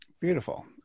Beautiful